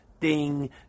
ding